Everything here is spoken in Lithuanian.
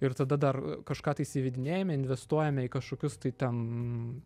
ir tada dar kažką tais įvedinėjame investuojame į kašokius tai ten